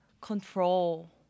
control